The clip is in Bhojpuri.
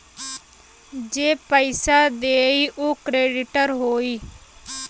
जे पइसा देई उ क्रेडिटर होई